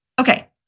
Okay